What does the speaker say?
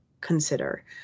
consider